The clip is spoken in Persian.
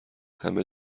همه